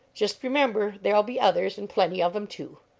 just remember there'll be others, and plenty of em, too.